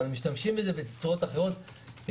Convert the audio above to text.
אבל משתמשים בזה בצורות אחרות.